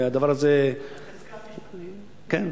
כן.